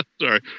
Sorry